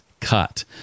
cut